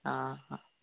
ହାଁ ହାଁ